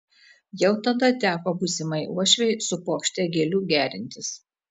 jau tada teko būsimai uošvei su puokšte gėlių gerintis